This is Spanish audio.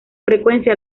frecuencia